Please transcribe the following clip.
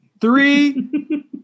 Three